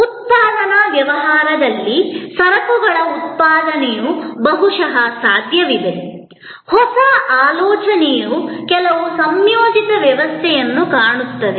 ಉತ್ಪಾದನಾ ವ್ಯವಹಾರದಲ್ಲಿ ಸರಕುಗಳ ಉತ್ಪಾದನೆಯು ಬಹುಶಃ ಸಾಧ್ಯವಿದೆ ಹೊಸ ಆಲೋಚನೆಯು ಕೆಲವು ಸಂಯೋಜಿತ ವ್ಯವಸ್ಥೆಯನ್ನು ಕಾಣುತ್ತದೆ